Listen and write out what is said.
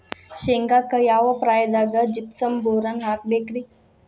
ಶೇಂಗಾಕ್ಕ ಯಾವ ಪ್ರಾಯದಾಗ ಜಿಪ್ಸಂ ಬೋರಾನ್ ಹಾಕಬೇಕ ರಿ?